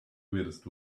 weirdest